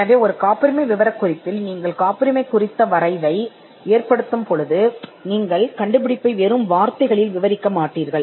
எனவே ஒரு மாதிரி விவரக்குறிப்பில் நீங்கள் காப்புரிமையை உருவாக்கும்போது கண்டுபிடிப்பை வார்த்தைகளில் விவரிக்க மாட்டீர்கள்